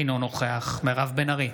אינו נוכח מירב בן ארי,